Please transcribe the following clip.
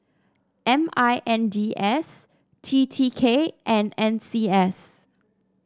M I N D S T T K and N C S